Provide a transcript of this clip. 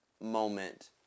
moment